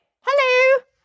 Hello